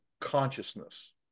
consciousness